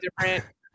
different